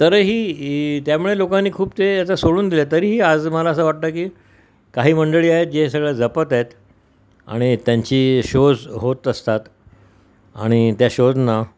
तरीही त्यामुळे लोकांनी खूप ते याचा सोडून दिलं तरीही आज मला असं वाटतं की काही मंडळी आहेत जे सगळं जपत आहेत आणि त्यांची शोज होत असतात आणि त्या शोजनं